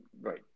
Right